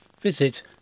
Visit